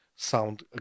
sound